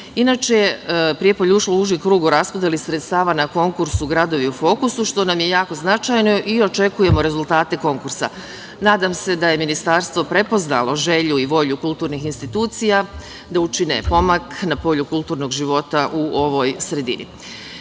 Srbije. Inače, Prijepolje je ušlo u uži krug u raspodeli sredstava na konkursu „Gradovi u fokusu“, što nam je jako značajno i očekujemo rezultate konkursa. Nadam se da je Ministarstvo prepoznalo želju i volju kulturnih institucija da učine pomak na polju kulturnog života u ovoj sredini.U